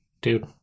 Dude